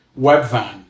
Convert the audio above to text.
Webvan